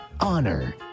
honor